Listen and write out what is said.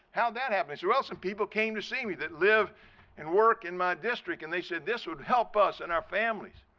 how did that happen? they said, well, some people came to see me that live and work in my district and they said this would help us and our families.